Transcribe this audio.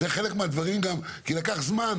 אין ספק